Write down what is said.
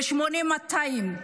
ב-8200,